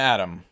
Adam